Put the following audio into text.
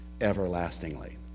everlastingly